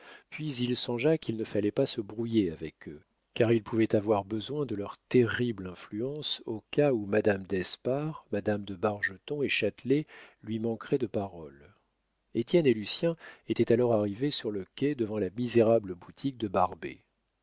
puis il songea qu'il ne fallait pas se brouiller avec eux car il pouvait avoir besoin de leur terrible influence au cas où madame d'espard madame de bargeton et châtelet lui manqueraient de parole étienne et lucien étaient alors arrivés sur le quai devant la misérable boutique de barbet